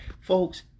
folks